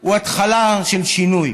הוא התחלה של שינוי.